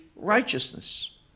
righteousness